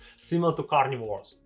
similar to carnivores.